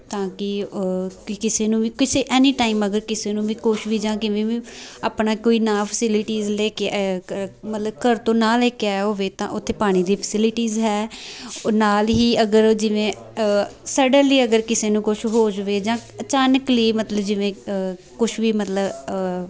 ਤਾਂ ਕਿ ਕਿ ਕਿਸੇ ਨੂੰ ਵੀ ਕਿਸੇ ਐਨੀ ਟਾਈਮ ਅਗਰ ਕਿਸੇ ਨੂੰ ਵੀ ਕੁਛ ਵੀ ਜਾਂ ਕਿਵੇਂ ਵੀ ਆਪਣਾ ਕੋਈ ਨਾ ਫੈਸਿਲਿਟੀਜ਼ ਲੈ ਕੇ ਮਤਲਬ ਘਰ ਤੋਂ ਨਾ ਲੈ ਕੇ ਆਇਆ ਹੋਵੇ ਤਾਂ ਉੱਥੇ ਪਾਣੀ ਦੀ ਫੈਸਿਲਿਟੀਜ਼ ਹੈ ਉਹ ਨਾਲ ਹੀ ਅਗਰ ਜਿਵੇਂ ਸਡਨਲੀ ਅਗਰ ਕਿਸੇ ਨੂੰ ਕੁਛ ਹੋ ਜਵੇ ਜਾਂ ਅਚਾਨਕਲੀ ਮਤਲਬ ਜਿਵੇਂ ਕੁਛ ਵੀ ਮਤਲਬ